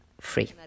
free